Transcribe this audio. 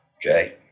Okay